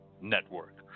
Network